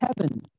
heaven